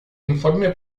informe